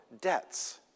debts